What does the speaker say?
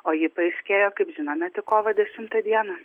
o ji paaiškėja kaip žinome tik kovo dešimą dieną